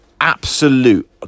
Absolute